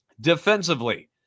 Defensively